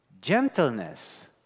gentleness